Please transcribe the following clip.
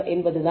என்பதுதான்